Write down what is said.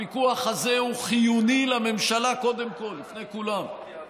הפיקוח הזה הוא חיוני לממשלה קודם כול, לפני כולם.